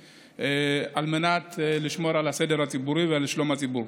על מנת לשמור על הסדר הציבורי ועל שלום הציבור.